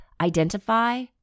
identify